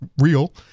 Real